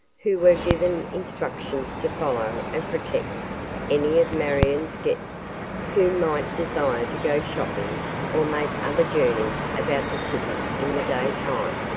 who were given instructions to follow and protect any of marion's guests who might desire to go shopping or make other journeys about the city in the day time.